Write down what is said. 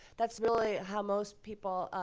that's really how most people,